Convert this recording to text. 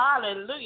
hallelujah